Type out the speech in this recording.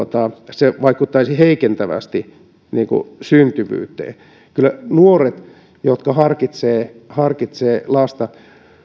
se vaikuttaisi heikentävästi syntyvyyteen kyllä nuorilla jotka harkitsevat lasta